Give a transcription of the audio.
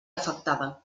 afectada